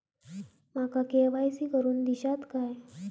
माका के.वाय.सी करून दिश्यात काय?